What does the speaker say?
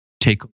take